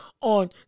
on